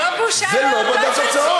זה לא בושה, זה לא בדף הצהוב.